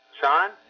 Sean